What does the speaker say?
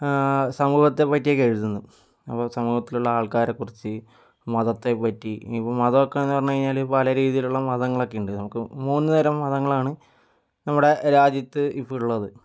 സമൂഹത്തെ പറ്റിയൊക്കെ എഴുതുന്ന് അപ്പോൾ സമൂഹത്തിലുള്ള ആൾക്കാരെ കുറിച്ച് മതത്തെ പറ്റി ഇനിയിപ്പോൾ മതമൊക്കെ എന്നു പറഞ്ഞു കഴിഞ്ഞാൽ പല രീതിയിലുള്ള മതങ്ങളൊക്കെയുണ്ട് നമുക്ക് മൂന്നു തരം മതങ്ങളാണ് നമ്മുടെ രാജ്യത്ത് ഇപ്പോൾ ഉള്ളത്